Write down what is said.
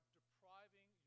depriving